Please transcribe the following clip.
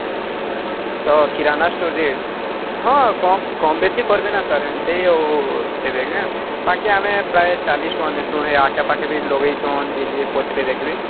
ତ ତ କିରାନା ଷ୍ଟୋରରେ ହଁ କମ୍ ବେଶି କରିବେ ନା ସାର୍ ସେମିତି ଆଉ ଦେବେ ବାକି ଆମେ ପ୍ରାୟ ଚାଳିଶ ଟଙ୍କା ନେଉଛୁ ଆଖେ ପାାଖେ ବି ଲଗେଇଛନ୍ତି ଯେ ଯିଏ ପଛରେ ଦେଖିବେ